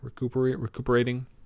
recuperating